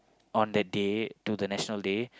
on that date to the National Day